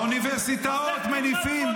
באוניברסיטאות מניפים,